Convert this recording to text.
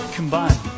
combine